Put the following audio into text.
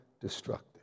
destructive